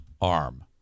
arm